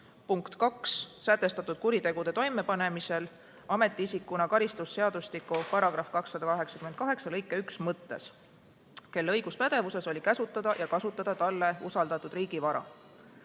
punktis 2 sätestatud kuritegude toimepanemisel ametiisikuna karistusseadustiku § 288 lõike 1 mõttes, kelle õiguspädevuses oli käsutada ja kasutada talle usaldatud riigivara.